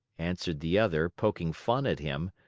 answered the other, poking fun at him,